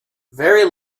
very